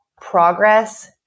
progress